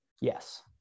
Yes